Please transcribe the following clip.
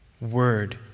word